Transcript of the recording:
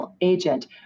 agent